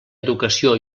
educació